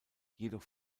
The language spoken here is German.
jedoch